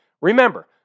Remember